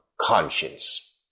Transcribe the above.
conscience